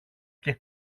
και